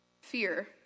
fear